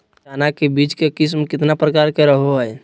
चना के बीज के किस्म कितना प्रकार के रहो हय?